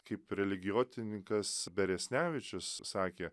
kaip religijotyninkas beresnevičius sakė